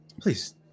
Please